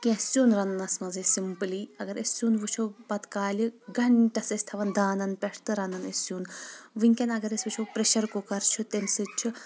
کینٛہہ سِیُن رننس منٛز سمپلی اگر أسۍ سِیُن وٕچھو پتہٕ کالہِ گنٛٹس ٲسۍ تھاوان دانن پٮ۪تھ تہِ رنان ٲسۍ سِیُن وُنۍکیٚن اگر أسۍ وُچھو پریشر کُکر چھُ تٔمۍ سۭتۍ چھُ